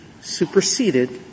superseded